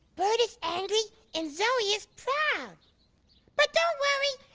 burt is angry and zoe is proud but don't worry,